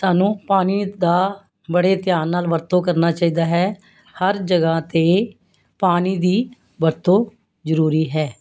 ਸਾਨੂੰ ਪਾਣੀ ਦੀ ਬੜੇ ਧਿਆਨ ਨਾਲ ਵਰਤੋਂ ਕਰਨੀ ਚਾਹੀਦੀ ਹੈ ਹਰ ਜਗ੍ਹਾ 'ਤੇ ਪਾਣੀ ਦੀ ਵਰਤੋਂ ਜ਼ਰੂਰੀ ਹੈ